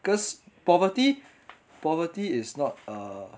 because poverty poverty is not err